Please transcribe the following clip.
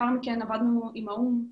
עבדנו עם האו"מ.